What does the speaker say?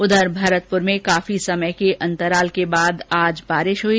उधर भरतपुर में काफी समय के अंतराल के बाद बारिश हुई